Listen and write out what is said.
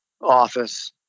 office